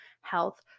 health